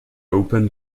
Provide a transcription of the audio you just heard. opened